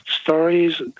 stories